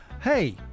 Hey